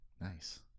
Nice